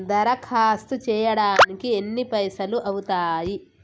దరఖాస్తు చేయడానికి ఎన్ని పైసలు అవుతయీ?